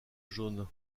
jaune